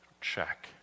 Check